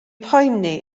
poeni